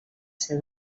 ser